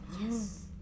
Yes